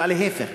אלא להפך,